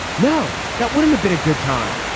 no that wouldn't have been a good time.